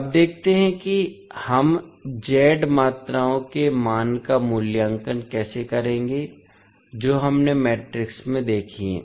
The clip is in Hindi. अब देखते हैं कि हम Z मात्राओं के मान का मूल्यांकन कैसे करेंगे जो हमने मैट्रिक्स में देखी है